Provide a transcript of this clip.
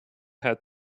had